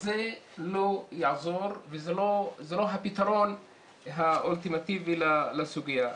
זה לא יעזור וזה לא הפתרון האולטימטיבי לסוגיה.